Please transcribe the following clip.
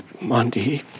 Monday